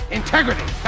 integrity